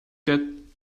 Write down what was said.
get